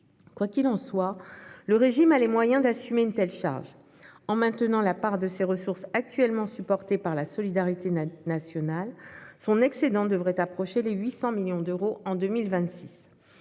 Quoi qu'il en soit, le régime a les moyens d'assumer une telle charge : en maintenant la part de ses ressources, actuellement supportée par la solidarité nationale, son excédent devrait approcher les 800 millions d'euros en 2026.